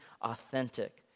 authentic